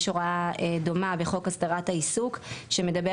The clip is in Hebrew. יש הוראה דומה בחוק הסדרת העיסוק שמדבר